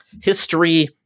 history